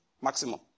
maximum